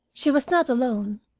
she was not alone.